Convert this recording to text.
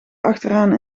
achteraan